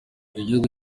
igihugu